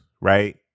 right